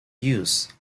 use